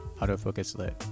autofocuslit